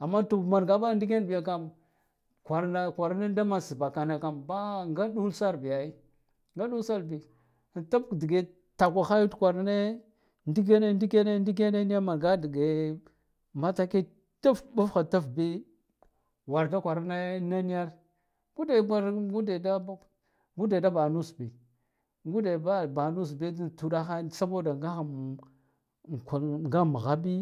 amma to manga bahha ndik yan kam kwara na kwaran da man sbba ka kana kam nga ɗul sar biya ai nga ɗul sar an tab dige takwahayyud kwarane ndilyane ndiken ndikene manga dige mataki tf baf ha tf bi wanda kwarane niga niya ngate kwar ngude da baha nusbi ngude baha nus bi antauɗale saboda ngahakur nga niha bi.